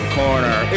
corner